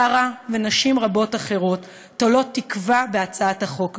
שרה ונשים רבות אחרות תולות תקווה בהצעת החוק הזאת.